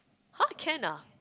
!huh! can lah